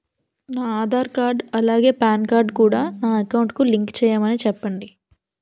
నా ఆధార్ కార్డ్ అలాగే PAN card కూడా నా అకౌంట్ కి లింక్ చేయమని చెప్పండి